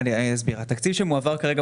התקציב שמועבר כרגע,